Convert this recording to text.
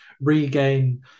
regain